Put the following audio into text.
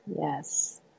Yes